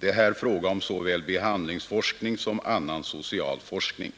Det är här fråga om såväl behandlingsforskning som annan social forskning.